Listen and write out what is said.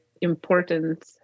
important